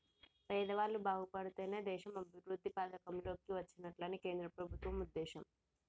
పేదవాళ్ళు బాగుపడితేనే దేశం అభివృద్ధి పథం లోకి వచ్చినట్లని కేంద్ర ప్రభుత్వం ఉద్దేశం